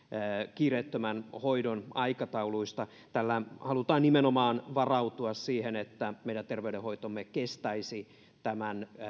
kiireettömän hoidon aikatauluista tällä halutaan nimenomaan varautua siihen että meidän terveydenhoitomme kestäisi tämän